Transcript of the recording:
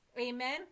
Amen